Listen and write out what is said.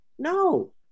No